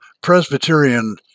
Presbyterian